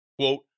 quote